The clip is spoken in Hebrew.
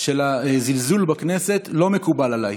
של זלזול בכנסת לא מקובל עליי.